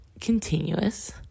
continuous